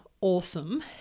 awesome